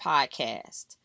Podcast